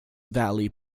valley